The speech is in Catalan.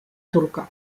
turca